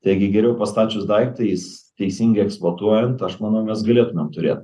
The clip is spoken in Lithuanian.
taigi geriau pastačius daiktą jis teisingai eksploatuojant aš manau mes galėtumėm turėt